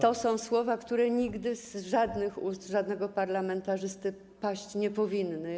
To są słowa, które nigdy z żadnych ust, żadnego parlamentarzysty paść nie powinny.